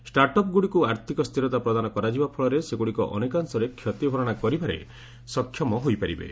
start ଅପ୍ଗୁଡ଼ିକୁ ଆର୍ଥକ ସ୍ଥିରତା ପ୍ରଦାନ କରାଯିବା ଫଳରେ ସେଗୁଡ଼ିକ ଅନେକାଂଶରେ କ୍ଷତି ଭରଣା କରିବାରେ ସକ୍ଷମ ହୋଇପାରିବେ